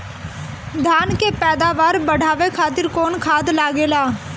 धान के पैदावार बढ़ावे खातिर कौन खाद लागेला?